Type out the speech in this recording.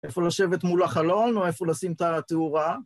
איפה לשבת מול החלון או איפה לשים את התאורה?